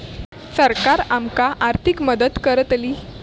सरकार आमका आर्थिक मदत करतली?